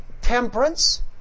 temperance